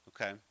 Okay